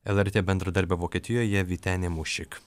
lrt bendradarbė vokietijoje vytenė muščik